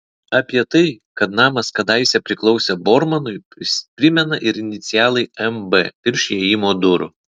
apie tai kad namas kadaise priklausė bormanui primena ir inicialai mb virš įėjimo durų